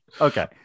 Okay